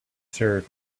serve